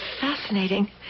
fascinating